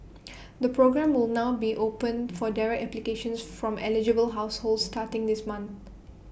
the programme will now be open for direct applications from eligible households starting this month